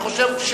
אני חושב,